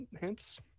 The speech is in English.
hence